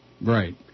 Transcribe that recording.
Right